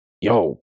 yo